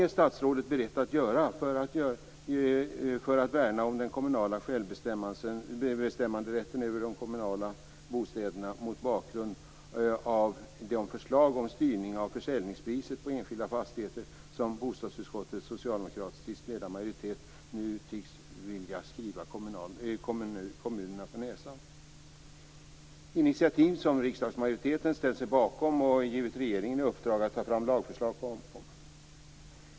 Riksdagsmajoriteten har ställt sig bakom ett initiativ och givit regeringen i uppdrag att ta fram lagförslag på området.